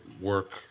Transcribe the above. work